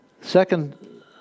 Second